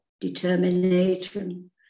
determination